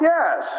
Yes